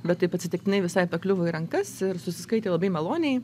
bet taip atsitiktinai visai pakliuvo į rankas ir susiskaitė labai maloniai